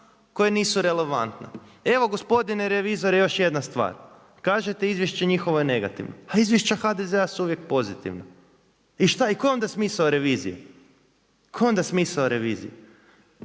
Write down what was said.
koje nisu relevantne. Evo, gospodine revizor još jedna stvar. Kažete izvješće njihovo je negativno. A izvješća HDZ-a su uvijek pozitivna, i šta, koja je onda smisao revizije? Koja je onda smisao revizije?